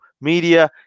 media